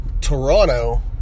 Toronto